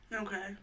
Okay